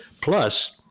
plus